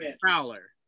prowler